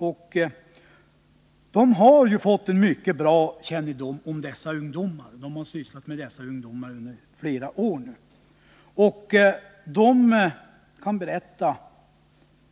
Arbetsförmedlarna har fått en mycket god kännedom om de ungdomar som de har sysslat med under flera år. De kan berätta